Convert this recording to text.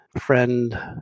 friend